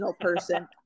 person